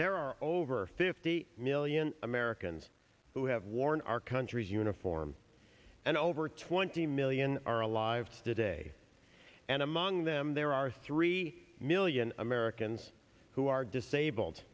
there are over fifty million americans who have worn our country's uniform and over twenty million are alive today and among them there are three million americans who are disabled